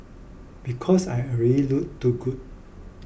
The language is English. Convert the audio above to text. because I already look too good